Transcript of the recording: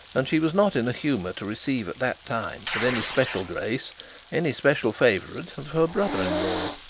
and she was not in a humour to receive at that time with any special grace any special favourite of her brother-in-law.